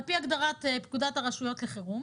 על פי הגדרת פקודת הרשויות לחירום,